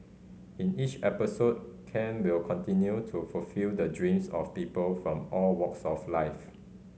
in each episode Ken will continue to fulfil the dreams of people from all walks of life